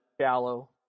shallow